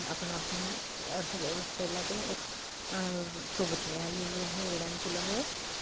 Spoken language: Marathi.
आपण आप अर्थव्यवस्थेला पण एक सोबत मिळालेली आहे उढानपुलामुळे